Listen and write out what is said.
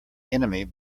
enemy